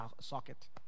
socket